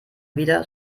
wieder